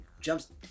jumps